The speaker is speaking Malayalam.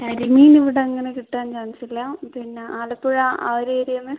കരിമീൻ ഇവിടെ അങ്ങനെ കിട്ടാൻ ചാൻസ് ഇല്ല പിന്നെ ആലപ്പുഴ ആ ഒരു ഏരിയേന്ന്